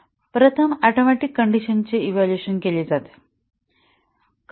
प्रथम ऍटोमिक कंडिशनचे इव्हॅल्युएशन करते